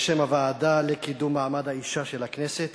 בשם הוועדה לקידום מעמד האשה של הכנסת